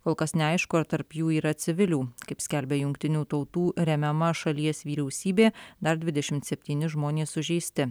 kol kas neaišku ar tarp jų yra civilių kaip skelbia jungtinių tautų remiama šalies vyriausybė dar dvidešimt septyni žmonės sužeisti